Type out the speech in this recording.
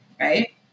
right